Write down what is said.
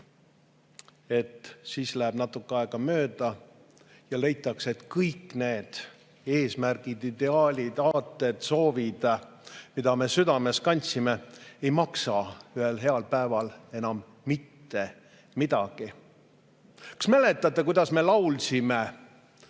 siis läheb natuke aega mööda ja leitakse, et kõik need eesmärgid, ideaalid, aated, soovid, mida me südames kandsime, ei maksa ühel heal päeval enam mitte midagi. Kas mäletate, kuidas me laulsime: